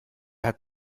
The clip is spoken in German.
hat